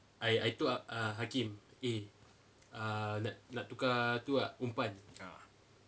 ah